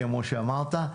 כמו שאמרת,